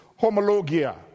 homologia